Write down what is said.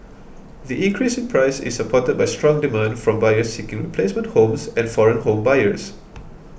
the increase in price is supported by strong demand from buyers seeking replacement homes and foreign home buyers